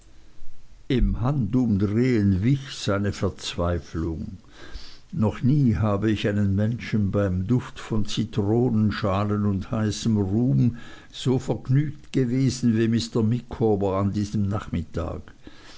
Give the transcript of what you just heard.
im handumdrehen wich seine verzweiflung noch nie habe ich einen menschen beim duft von zitronenschalen und heißem rum so vergnügt gesehen wie mr micawber an diesem nachmittag